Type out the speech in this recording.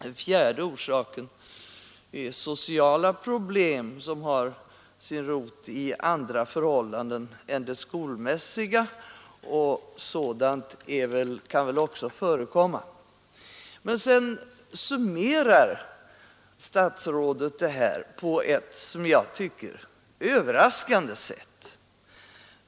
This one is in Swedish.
Den fjärde orsaken är sociala problem som har sin rot i andra förhållanden än de skolmässiga, och sådant kan väl också förekomma. Men sedan summerar statsrådet detta på ett som jag tycker överraskande sätt.